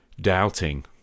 doubting